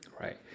Right